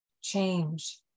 change